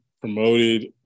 promoted